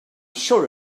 sure